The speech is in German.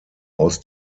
aus